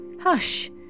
hush